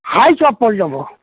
হাওয়াই চপ্পল নেব